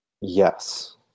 Yes